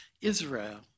Israel